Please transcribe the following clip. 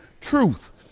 truth